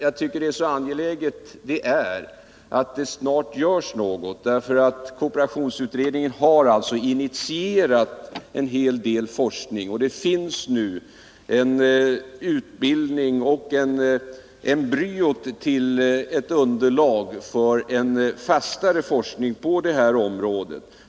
Jag tycker det är angeläget att det snart görs något, för kooperationsutredningen har alltså initierat en hel del forskning, och det finns nu en utbildning, ett embryo till en fastare forskning på det här området.